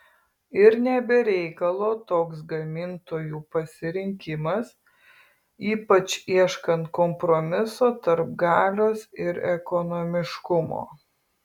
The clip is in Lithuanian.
ir ne be reikalo toks gamintojų pasirinkimas ypač ieškant kompromiso tarp galios ir ekonomiškumo